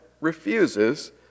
refuses